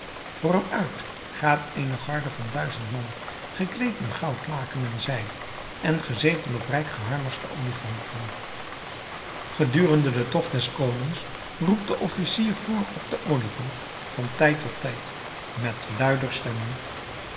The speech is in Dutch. vr hem uit gaat eene garde van duizend man gekleed in goudlaken en zijde en gezeten op rijk geharnaste olifanten gedurende den togt des konings roept de officier vr op den olifant van tijd tot tijd met luider stem